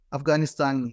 Afghanistan